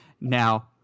now